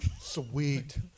Sweet